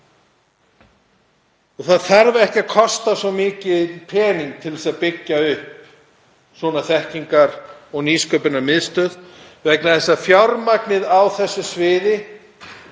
er. Það þarf ekki að kosta svo mikinn pening að byggja upp svona þekkingar- og nýsköpunarmiðstöð vegna þess að fjármagnið á þessu sviði